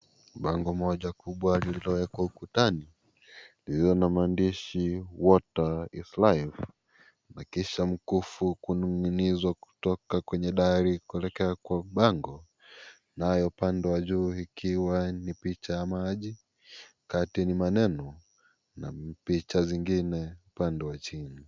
Bango moja kubwa lililowekwa ukutani lililo na maandishi water is life , na kisha mkufu kuning'inizwa kutoka kwenye dari kuelekea kwenye bango nayo upande wa juu ikiwa ni picha ya maji, kati ni maneno na picha nyingine upande wa chini.